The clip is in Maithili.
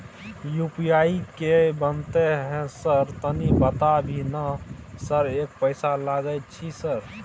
यु.पी.आई की बनते है सर तनी बता भी ना सर एक पैसा लागे छै सर?